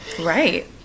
Right